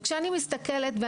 וכשאני מסתכלת על טייסים,